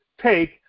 take